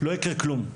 לא יקרה כלום.